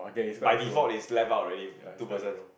by default is left out already two person